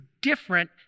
different